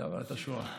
הבהרה חשובה.